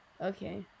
Okay